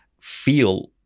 feel